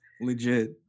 legit